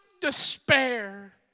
despair